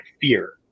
fear